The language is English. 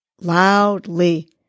loudly